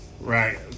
Right